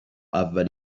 اولین